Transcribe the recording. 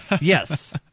Yes